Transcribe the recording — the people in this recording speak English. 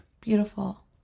beautiful